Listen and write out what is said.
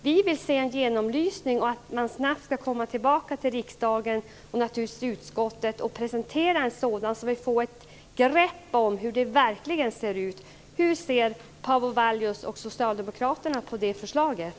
Vi vill se en genomlysning och snabbt komma tillbaka till riksdagen och utskottet och presentera en sådan, så att vi får grepp om hur det verkligen ser ut. Hur ser Paavo Vallius och socialdemokraterna på det förslaget?